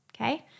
okay